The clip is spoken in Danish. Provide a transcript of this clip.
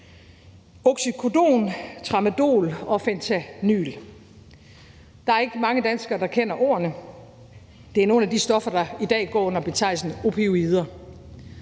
Oxycodon, tramadol og fentanyl – der er ikke mange danskere, der kender ordene. Det er nogle af de stoffer, der i dag i går under betegnelsen opioider.